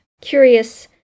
curious